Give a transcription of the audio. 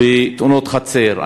תאונות חצר.